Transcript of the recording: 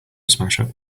smashup